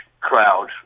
crowd